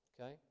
okay